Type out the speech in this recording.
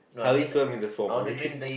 how you swam in the swamp